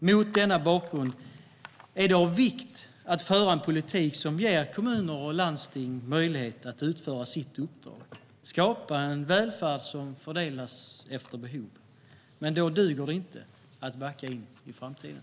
Mot denna bakgrund är det av vikt föra en politik som ger kommuner och landsting möjlighet att utföra sitt uppdrag och skapa en välfärd som fördelas efter behov. Då duger det inte att backa in i framtiden.